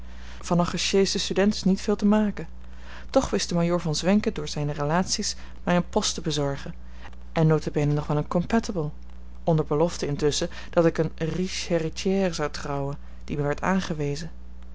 van een gesjeesden student is niet veel te maken toch wist de majoor von zwenken door zijne relaties mij een post te bezorgen en nota bene nog wel een comptable onder belofte intusschen dat ik eene riche héritière zou trouwen die mij werd aangewezen